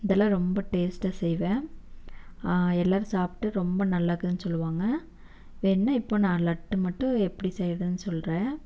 இதெல்லாம் ரொம்ப டேஸ்ட்டாக செய்வேன் எல்லாரும் சாப்பிட்டு ரொம்ப நல்லாயிக்குதுன்னு சொல்லுவாங்க வேணுன்னால் இப்போது நான் லட்டு மட்டும் எப்படி செய்யறதுன்னு சொல்கிறேன்